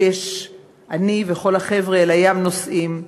כשיש "אני וכל החבר'ה אל הים נוסעים".